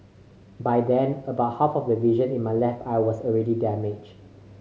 by then about half of the vision in my left eye was already damaged